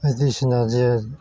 बायदिसिना जे